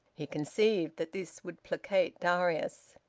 he conceived that this would placate darius.